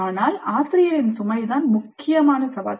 ஆனால் ஆசிரியரின் சுமைதான் முக்கியமான சவால்